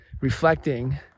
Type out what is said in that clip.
reflecting